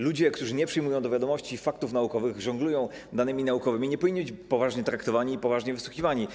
Ludzie, którzy nie przyjmują do wiadomości faktów naukowych, żonglują danymi naukowymi, nie powinni być poważnie traktowani i poważni wysłuchiwani.